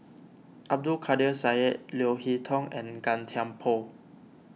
Abdul Kadir Syed Leo Hee Tong and Gan Thiam Poh